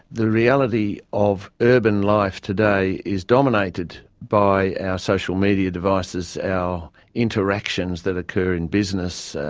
the reality of urban life today is dominated by our social media devices, our interactions that occur in business,